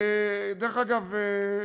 דרך אגב,